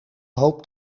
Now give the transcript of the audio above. hoop